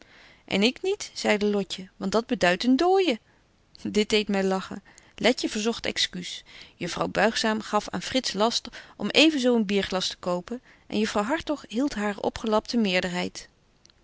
en ik niet zeide lotje want dat beduidt een dooije dit deedt my lachen letje verzogt excuus juffrouw buigzaam gaf aan frits last om even zo een bierglas te kopen en juffrouw hartog hieldt hare opgelapte meerderheid